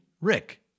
Rick